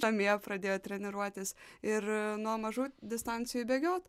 namie pradėjo treniruotis ir nuo mažų distancijų bėgiot